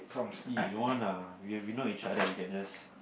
don't want ah we we know each other we can just